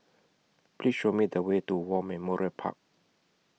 Please Show Me The Way to War Memorial Park